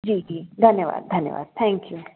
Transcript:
जी जी धन्यवादु धन्यवादु थैंक यू